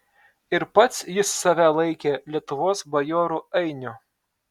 ir pats jis save laikė lietuvos bajorų ainiu